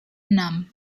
enam